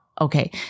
Okay